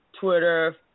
Twitter